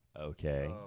Okay